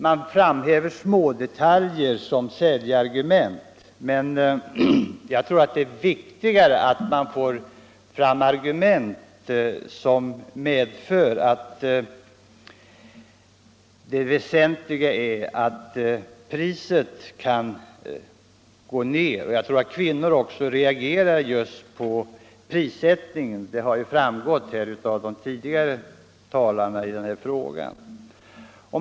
Man framhäver smådetaljer som säljargument, men jag tror det är viktigare att få fram argument som understryker att det väsentliga är att priset kan gå ner. Jag tror också att kvinnor reagerar just på prissättningen — att de gör det har f. ö. framgått av de tidigare inläggen här.